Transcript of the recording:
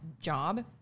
job